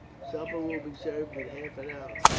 supper will be served in half an hour.